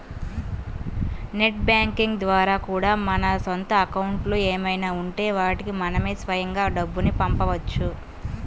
net banking ద్వారా కూడా మన సొంత అకౌంట్లు ఏమైనా ఉంటే వాటికి మనమే స్వయంగా డబ్బుని పంపవచ్చు